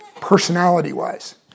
personality-wise